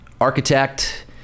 Architect